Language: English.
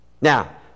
Now